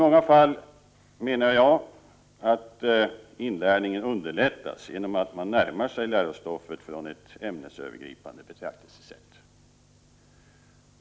Inlärningen underlättas i många fall, menar jag, genom att man närmar sig lärostoffet från ett ämnesövergripande betraktelsesätt.